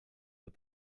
but